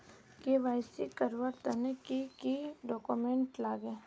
KYC करवार तने की की डॉक्यूमेंट लागे?